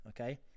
okay